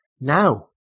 Now